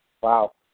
wow